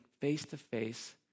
face-to-face